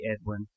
Edwin